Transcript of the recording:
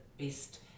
best